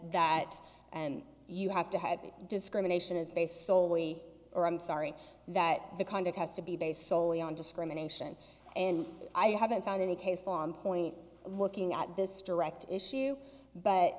that and you have to have discrimination is based soley or i'm sorry that the kind of has to be based soley on discrimination and i haven't found any case law on point looking at this direct issue but